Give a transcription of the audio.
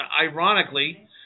Ironically